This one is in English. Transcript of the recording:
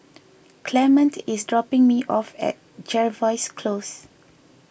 Clement is dropping me off at Jervois Close